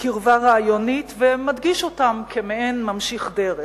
קרבה רעיונית ומדגיש אותם כמעין ממשיך דרך.